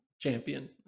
champion